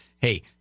hey